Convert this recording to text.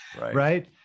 Right